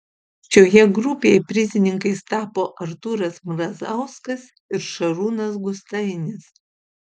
šioje grupėje prizininkais tapo artūras mrazauskas ir šarūnas gustainis